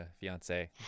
fiance